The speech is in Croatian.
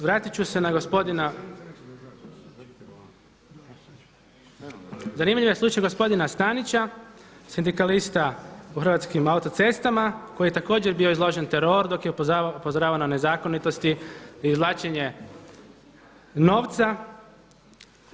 Vratit ću se na gospodina … [[Upadica se ne čuje.]] zanimljiv je slučaj gospodina Stanića sindikalista u Hrvatskim autocestama koji je također bio izložen teroru dok je upozoravao na nezakonitosti, izvlačenje novca.